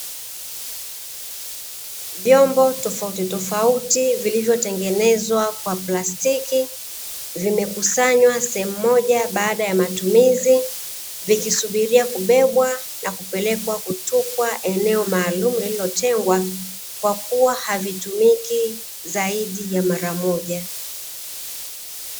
Vyombo tofautitofauti vilivyotengenezwa kwa plastiki, vimekusanywa sehemu moja baada ya matumizi, vikisubiria kubebwa na kupelekwa kutupwa eneo maalumu lililotengwa kwa kuwa havitumiki zaidi ya mara moja.